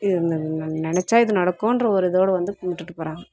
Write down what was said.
இது நினச்சா இது நடக்கும்ன்ற ஒரு இதோட கும்பிட்டுட்டு போகிறாங்க